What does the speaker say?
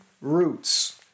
roots